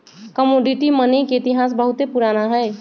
commodity money के इतिहास बहुते पुरान हइ